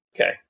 Okay